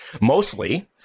mostly